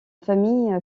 famille